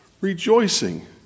rejoicing